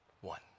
one